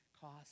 cost